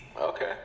Okay